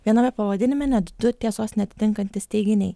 viename pavadinime net du tiesos neatitinkantys teiginiai